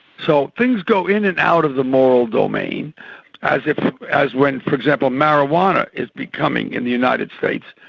so things go in and out of the moral domain as as when for example marijuana is becoming, in the united states,